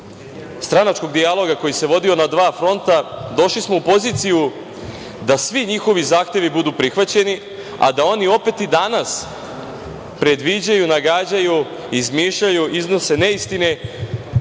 stranačkog dijaloga koji se vodio na dva fronta, došli smo u poziciju da svi njihovi zahtevi budu prihvaćeni, a da oni opet i danas predviđaju, nagađaju, izmišljaju, iznose neistine